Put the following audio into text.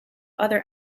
other